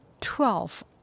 twelve